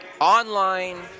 Online